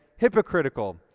Hypocritical